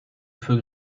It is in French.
feu